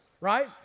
right